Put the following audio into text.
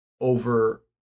over